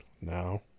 now